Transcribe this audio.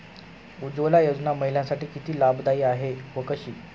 उज्ज्वला योजना महिलांसाठी किती लाभदायी आहे व कशी?